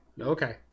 okay